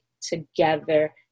together